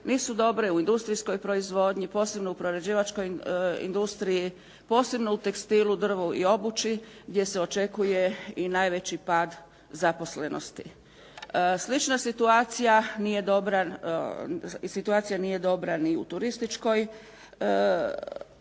nisu dobre u industrijskoj proizvodnji, posebno u prerađivačkoj industriji, posebno u tekstilu, drvu i obući gdje se očekuje i najveći pad zaposlenosti. Slična situacija nije dobra i situacija